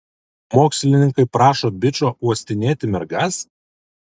mokslininkai prašo bičo uostinėti mergas